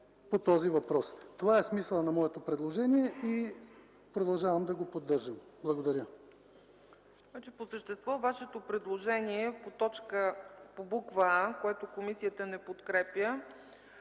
Това е смисълът на моето предложение и продължавам да го поддържам. Благодаря.